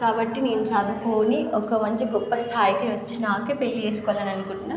కాబట్టీ నేను చదువుకోని ఒక మంచి గొప్ప స్థాయికి వచ్చినాకే పెళ్ళి చేసుకోవాలని అనుకుంటున్నాను